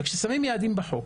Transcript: כששמים יעדים בחוק